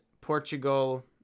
Portugal